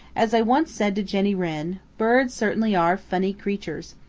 as i once said to jenny wren, birds certainly are funny creatures.